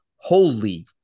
Holy